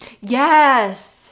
yes